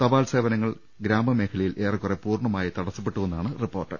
തപാൽ സേവനങ്ങൾ ഗ്രാമമേഖലയിൽ ഏറെക്കുറേ പൂർണമായി തടസ്സപ്പെട്ടതായാണ് റിപ്പോർട്ട്